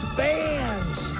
bands